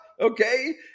okay